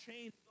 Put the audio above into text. change